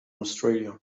australia